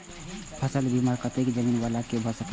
फसल बीमा कतेक जमीन वाला के भ सकेया?